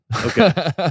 Okay